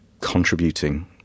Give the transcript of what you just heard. contributing